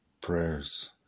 prayers